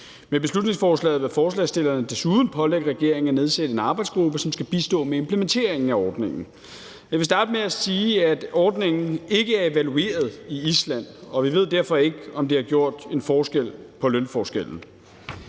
Med beslutningsforslaget vil forslagsstillerne desuden pålægge regeringen at nedsætte en arbejdsgruppe, som skal bistå med implementeringen af ordningen. Jeg vil starte med at sige, at ordningen ikke er evalueret i Island, og vi ved derfor ikke, om det har gjort en forskel for lønforskellen.